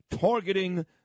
targeting